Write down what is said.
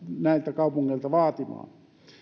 näiltä kaupungeilta vaatimaan